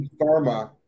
Pharma